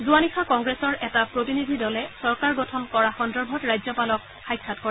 যোৱা নিশা কংগ্ৰেছৰ এটা প্ৰতিনিধি দলে চৰকাৰ গঠন কৰা সন্দৰ্ভত ৰাজ্যপালক সাক্ষাৎ কৰে